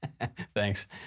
Thanks